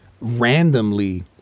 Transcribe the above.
randomly